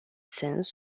sens